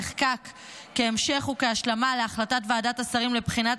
נחקק כהמשך וכהשלמה להחלטת ועדת השרים לבחינת